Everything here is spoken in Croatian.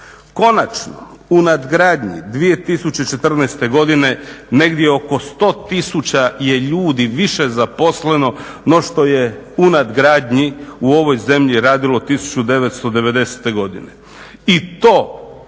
Konačno, u nadgradnji 2014.godine negdje oko 100 tisuća ljudi više zaposleno no što je u nadgradnji u ovoj zemlji radilo 1990.godine